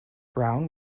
browne